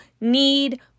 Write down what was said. need